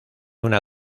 una